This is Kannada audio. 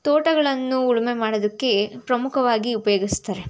ತೋಟಗಳನ್ನು ಉಳುಮೆ ಮಾಡೋದಕ್ಕೆ ಪ್ರಮುಖವಾಗಿ ಉಪಯೋಗಿಸ್ತಾರೆ